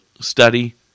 study